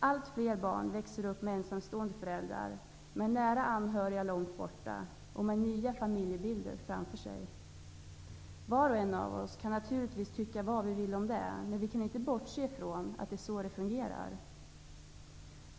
Allt fler barn växer upp med ensamstående föräldrar, med nära anhöriga långt borta och med nya familjebilder framför sig. Alla kan vi naturligtvis tycka vad vi vill om det, men vi kan inte bortse från att det är så här det fungerar.